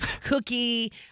cookie